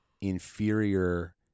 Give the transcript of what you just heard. inferior